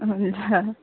ल